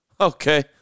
okay